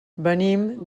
venim